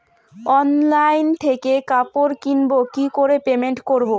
Online থেকে কাপড় কিনবো কি করে পেমেন্ট করবো?